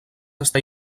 està